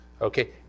Okay